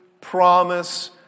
promise